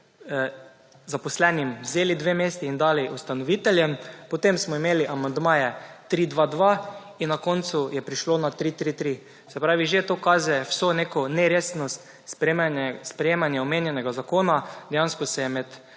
zaposlenim vzeli 2 mesti in dali ustanoviteljem, potem smo imeli amandmaje 3, 2, 2 in na koncu je prišlo na 3, 3, 3. Se pravi že to kaže vso neko neresnost sprejemanja omenjenega zakona. Dejansko se je med